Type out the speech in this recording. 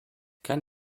kann